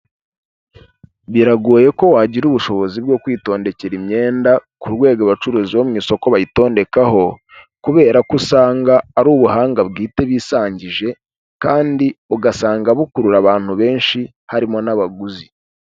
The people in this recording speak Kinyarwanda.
Biragoye ko wagira ubushobozi bwo kwitondekera imyenda ku rwego abacuruzi bo mu isoko bayitondekaho, kubera ko usanga ari ubuhanga bwite bisangije kandi ugasanga bukurura abantu benshi harimo n'abaguzi.